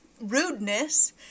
rudeness